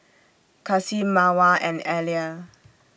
Kasih Mawar and Alya